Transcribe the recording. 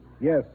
Yes